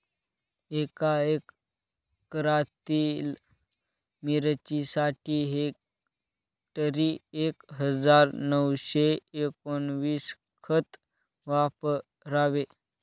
एका एकरातील मिरचीसाठी हेक्टरी एक हजार नऊशे एकोणवीस खत वापरावे